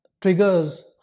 triggers